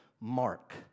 Mark